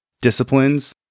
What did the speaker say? disciplines